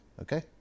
Okay